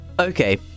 Okay